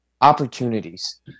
opportunities